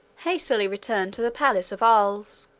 hastily returned to the palace of arles,